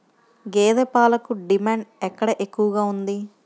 గేదె పాలకు డిమాండ్ ఎక్కడ ఎక్కువగా ఉంది?